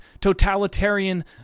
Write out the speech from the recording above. totalitarian